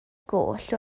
goll